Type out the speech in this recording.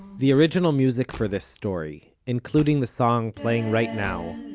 the original music for this story, including the song playing right now,